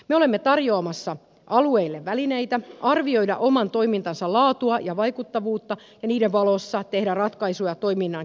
me olemme tarjoamassa alueille välineitä arvioida oman toimintansa laatua ja vaikuttavuutta ja niiden valossa tehdä ratkaisuja toiminnan kehittämiseksi